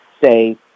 say